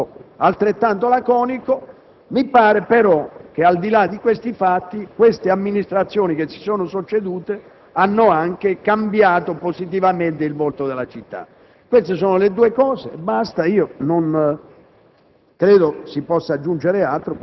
un giudizio politico altrettanto laconico: mi pare però che, al di là dei fatti citati, le amministrazioni che si sono succedute hanno anche cambiato positivamente il volto della città. Queste sono le due affermazioni, non